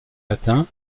latin